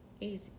easy